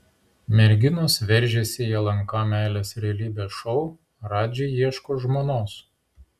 merginos veržiasi į lnk meilės realybės šou radži ieško žmonos